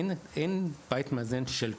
אין בית מאזן של קופה.